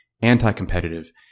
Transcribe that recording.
anti-competitive